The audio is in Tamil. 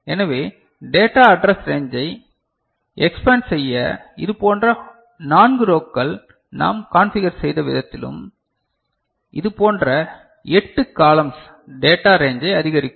எனவே டேட்டா அட்ரஸ் ரேஞ்சை எக்ஸ்பேன்ட் செய்ய இதுபோன்ற 4 ரோக்கள் நாம் கான்பிகர் செய்த விதத்திலும் இதுபோன்ற 8 காலம்ஸ் டேட்டா ரேஞ்சை அதிகரிக்கும்